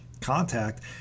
contact